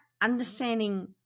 understanding